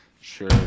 Sure